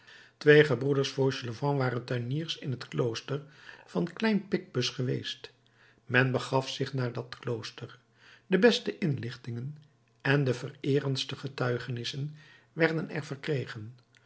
twee gebroeders fauchelevent waren tuiniers in het klooster van klein picpus geweest men begaf zich naar dat klooster de beste inlichtingen en de vereerendste getuigenissen werden er verkregen